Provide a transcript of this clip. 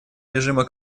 режима